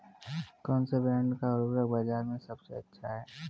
कौनसे ब्रांड का उर्वरक बाज़ार में सबसे अच्छा हैं?